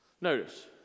Notice